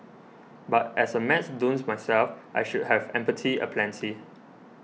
but as a maths dunce myself I should have empathy aplenty